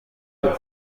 deux